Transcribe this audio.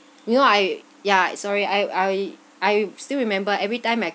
you know I yeah sorry I I I still remember everytime I